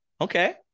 Okay